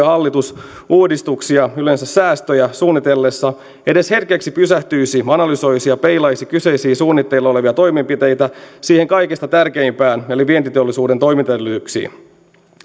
hallitus uudistuksia yleensä säästöjä suunnitellessaan edes hetkeksi pysähtyisi analysoisi ja peilaisi kyseisiä suunnitteilla olevia toimenpiteitä siihen kaikesta tärkeimpään eli vientiteollisuuden toimintaedellytyksiin